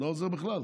זה לא עוזר בכלל